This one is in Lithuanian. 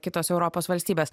kitos europos valstybės